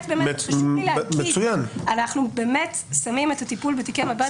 באמת שמים את הטיפול בתיקי מב"ד בראש מעיינינו.